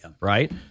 right